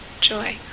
joy